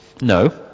No